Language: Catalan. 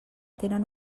tenen